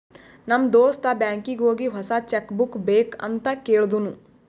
ನಮ್ ದೋಸ್ತ ಬ್ಯಾಂಕೀಗಿ ಹೋಗಿ ಹೊಸಾ ಚೆಕ್ ಬುಕ್ ಬೇಕ್ ಅಂತ್ ಕೇಳ್ದೂನು